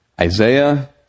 Isaiah